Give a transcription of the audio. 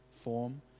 form